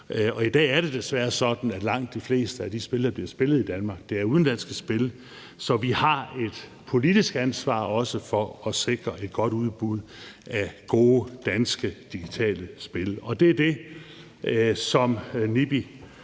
i dag er det desværre sådan, at langt de fleste af de spil, der bliver spillet i Danmark, er udenlandske spil. Så vi har et politisk ansvar for også at sikre et godt udbud af gode danske digitale spil, og det er det, som Nimbi